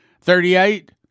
Thirty-eight